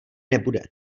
nebude